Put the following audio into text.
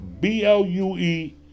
B-L-U-E